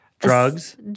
Drugs